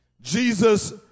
Jesus